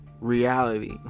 reality